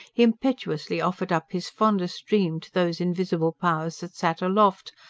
he impetuously offered up his fondest dream to those invisible powers that sat aloft,